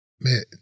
man